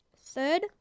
third